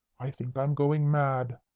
i think i am going mad!